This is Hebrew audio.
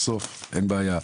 בסוף, אין בעיה,